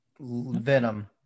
Venom